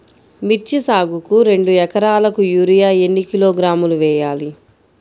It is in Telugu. మిర్చి సాగుకు రెండు ఏకరాలకు యూరియా ఏన్ని కిలోగ్రాములు వేయాలి?